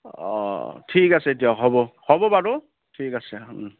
অঁ ঠিক আছে দিয়ক হ'ব হ'ব বাৰু ঠিক আছে